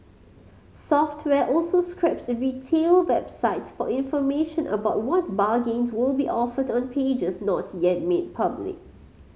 software also scrapes retail websites for information about what bargains will be offered on pages not yet made public